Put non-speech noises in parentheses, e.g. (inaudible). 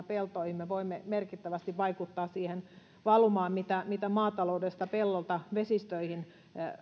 (unintelligible) peltoihin me voimme merkittävästi vaikuttaa siihen valumaan mitä mitä maataloudesta pelloilta vesistöihin